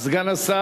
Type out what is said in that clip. תודה לסגן השר.